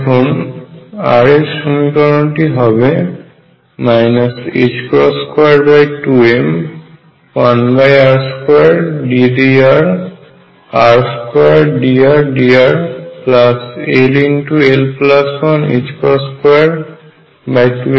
এখন r এর সমীকরণটি হবে 22m1r2ddrr2dRdrll122mr2RVrRER